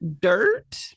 dirt